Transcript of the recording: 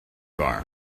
bar